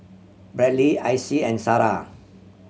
Bradly Icy and Sarrah